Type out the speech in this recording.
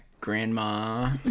grandma